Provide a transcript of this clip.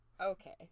Okay